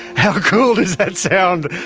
how cool does that sound!